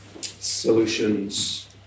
solutions